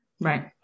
Right